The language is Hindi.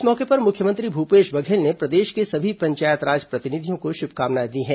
इस मौके पर मुख्यमंत्री भूपेश बघेल ने प्रदेश के सभी पंचायत राज प्रतिनिधियों को शुभकामनाएं दी हैं